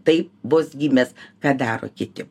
tai bus gimęs ką daro kiti